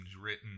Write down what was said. written